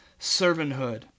servanthood